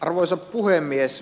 arvoisa puhemies